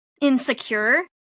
insecure